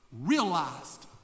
realized